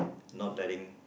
not wearing